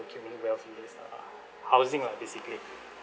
accumulate wealth lah housing lah basically